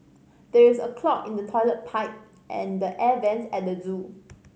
there is a clog in the toilet pipe and the air vents at the zoo